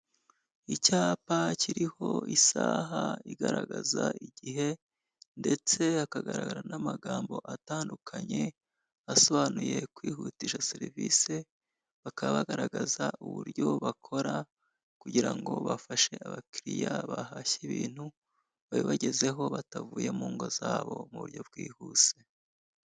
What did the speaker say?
Icyapa kiriho isaha igaragaza igihe ndetse hakagaragara n'amagambo atandukanye asobanuye kwihutisha serivise. Bakaba bagaragaza uburyo bakora kugirango bafashe abakiriya bahashye ibintu, babibagezeho batavuye mu ngo zabo mu buryo bwihuse.